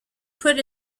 put